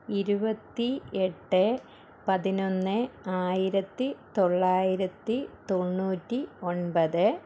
ഇരുപത്തി എട്ട് പതിനൊന്ന് ആയിരത്തി തൊള്ളായിരത്തി തൊണ്ണൂറ്റി ഒൻപത്